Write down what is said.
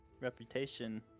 reputation